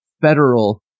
federal